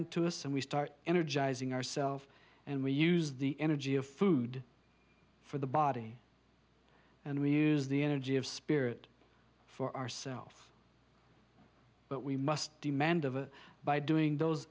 into us and we start energizing ourself and we use the energy of food for the body and we use the energy of spirit for ourself but we must demand of by doing those